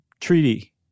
treaty